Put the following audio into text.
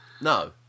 No